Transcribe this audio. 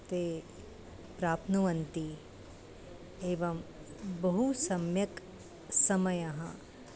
ते प्राप्नुवन्ति एवं बहु सम्यक् समयः